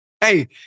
Hey